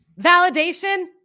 Validation